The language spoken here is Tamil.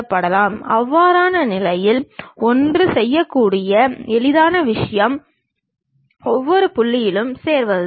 உதாரணமாக செவ்வக பெட்டகத்தின் பக்கவாட்டில் B என்ற பக்கம் உள்ளது அதை அந்த பக்கவாட்டு திசையில் நாம் காணலாம்